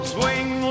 Swing